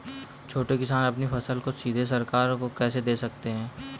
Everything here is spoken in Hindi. छोटे किसान अपनी फसल को सीधे सरकार को कैसे दे सकते हैं?